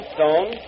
Stone